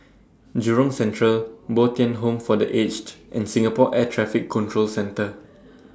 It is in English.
Jurong Central Bo Tien Home For The Aged and Singapore Air Traffic Control Centre